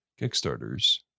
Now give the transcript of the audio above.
kickstarters